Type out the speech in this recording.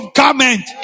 comment